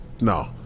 no